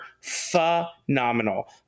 phenomenal